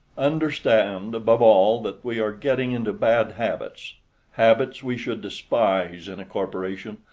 understand above all that we are getting into bad habits habits we should despise in a corporation,